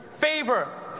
Favor